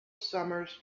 summers